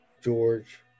George